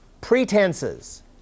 pretenses